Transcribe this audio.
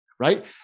Right